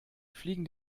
fliegen